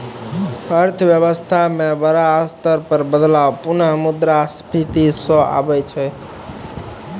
अर्थव्यवस्था म बड़ा स्तर पर बदलाव पुनः मुद्रा स्फीती स आबै छै